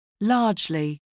Largely